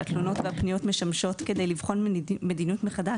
שהתלונות והפניות משמשות כדי לבחון מדיניות מחדש,